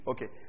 Okay